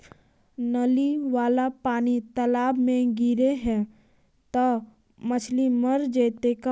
नली वाला पानी तालाव मे गिरे है त मछली मर जितै का?